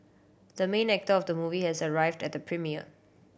the main actor of the movie has arrived at the premiere